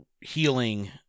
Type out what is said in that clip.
healing